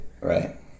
Right